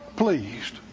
Pleased